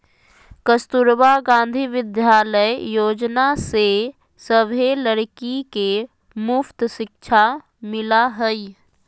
कस्तूरबा गांधी विद्यालय योजना से सभे लड़की के मुफ्त शिक्षा मिला हई